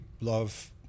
love